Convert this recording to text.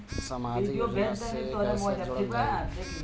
समाजिक योजना से कैसे जुड़ल जाइ?